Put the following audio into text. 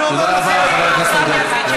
תודה רבה, חבר הכנסת עודד פורר.